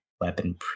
weapon